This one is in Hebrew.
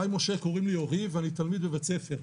הי משה, קוראים לי אורי ואני תלמיד בבית ספר.